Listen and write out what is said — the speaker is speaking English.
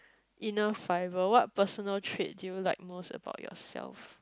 inner fibre what personal trait do you like most about yourself